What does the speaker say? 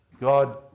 God